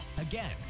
Again